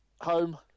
Home